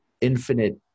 infinite